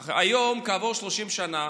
אך היום, כעבור 30 שנה,